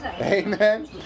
Amen